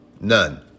none